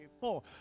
four